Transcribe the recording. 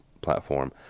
platform